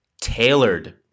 tailored